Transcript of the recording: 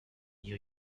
new